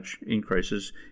increases